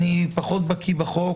אמנם אני פחות בקיא בחוק,